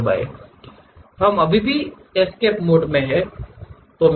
हम अभी भी एस्केप मोड में हैं